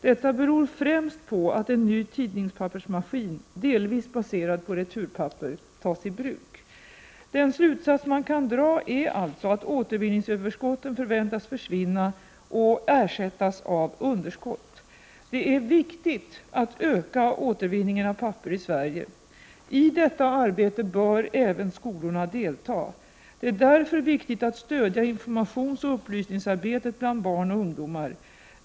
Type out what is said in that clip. Detta beror främst på att en ny tidningspappersmaskin, delvis baserad på returpapper, tas i bruk. Den slutsats man kan dra är alltså att återvinningsöverskotten förväntas försvinna och ersättas av underskott. Det är viktigt att öka återvinningen av papper i Sverige. I detta arbete bör även skolorna delta. Det är därför viktigt att stödja informationsoch upplysningsarbetet bland barn och ungdomar.